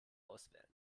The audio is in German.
auswählen